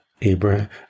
abraham